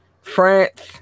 France